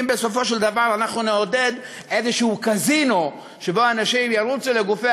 אם בסופו של דבר אנחנו נעודד איזה קזינו שבו אנשים ירוצו לגופי